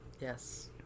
Yes